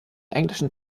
englischen